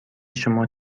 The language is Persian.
شما